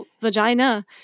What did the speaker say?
vagina